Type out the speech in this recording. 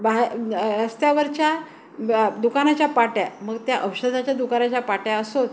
बाहेर अ म रस्त्यावरच्या म अ दुकानाच्या पाट्या मग त्या औषधाच्या दुकानाच्या पाट्या असोत